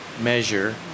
measure